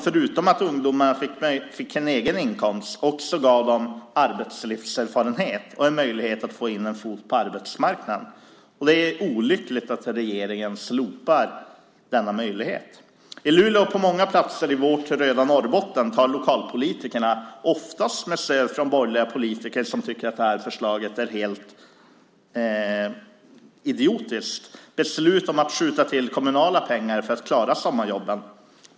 Förutom att ungdomar fick en egen inkomst fick de arbetslivserfarenhet och en möjlighet att få in en fot på arbetsmarknaden. Det är därför olyckligt att regeringen slopar denna möjlighet. I Luleå och på många andra platser i vårt röda Norrbotten tar lokalpolitikerna, oftast med stöd från borgerliga politiker som tycker att förslaget är helt idiotiskt, beslut om att skjuta till kommunala pengar för att klara sommarjobben.